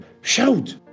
shout